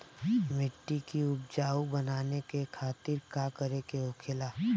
मिट्टी की उपजाऊ बनाने के खातिर का करके होखेला?